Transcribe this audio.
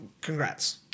congrats